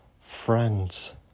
friends